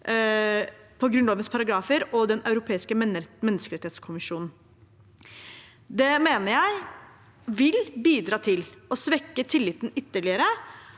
på Grunnlovens paragrafer og Den europeiske menneskerettighetskonvensjon. Det mener jeg vil bidra til å svekke tilliten ytterligere,